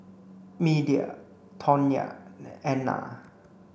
Media Tawnya and Edna